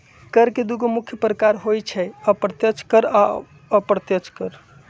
कर के दुगो मुख्य प्रकार होइ छै अप्रत्यक्ष कर आ अप्रत्यक्ष कर